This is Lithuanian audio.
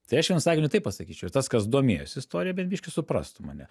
tai aš vienu sakiniu taip pasakyčiau ir tas kas domėjosi istorija bet biškį suprastų mane